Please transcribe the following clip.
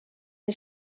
این